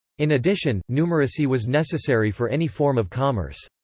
in addition, numeracy was necessary for any form of commerce.